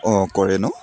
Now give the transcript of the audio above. অঁ কৰে ন